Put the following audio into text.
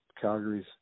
Calgary's